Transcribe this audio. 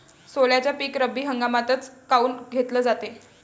सोल्याचं पीक रब्बी हंगामातच काऊन घेतलं जाते?